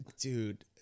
dude